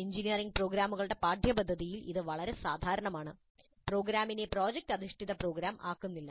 engineering പ്രോഗ്രാമുകളുടെ പാഠ്യപദ്ധതിയിൽ ഇത് വളരെ സാധാരണമാണ് പ്രോഗ്രാമിനെ പ്രോജക്റ്റ് അധിഷ്ഠിത പ്രോഗ്രാം ആക്കുന്നില്ല